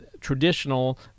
traditional